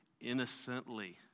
innocently